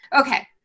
Okay